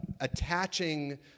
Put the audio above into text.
attaching